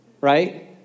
right